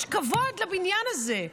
יש כבוד לבניין הזה,